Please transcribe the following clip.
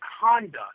conduct